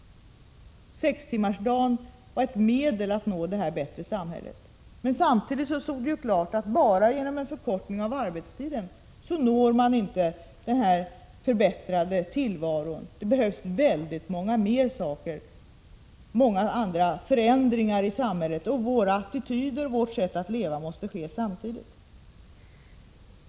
Sextimmarsdagen var ett medel för att uppnå detta bättre samhälle. Men samtidigt stod det klart att man inte bara genom en förkortning av arbetstiden kan uppnå en förbättrad tillvaro. Det behövs mycket fler åtgärder och många andra förändringar i samhället. Och förändringarna i våra attityder och i vårt sätt att leva måste ske samtidigt.